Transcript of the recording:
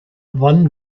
wann